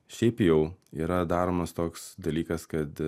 šiaip jau yra daromas toks dalykas kad